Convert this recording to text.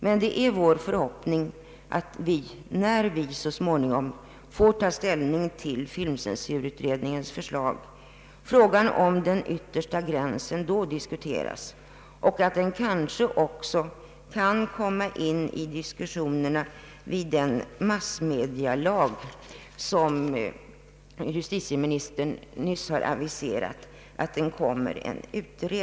Det är emellertid vår förhoppning att vi får tillfälle att diskutera frågan om den yttersta gränsen när filmceensurutredningens förslag föreligger. Den kan kanske också komma upp till diskussion i den utredning om en massmedialag som justitieministern nyligen har aviserat.